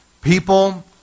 People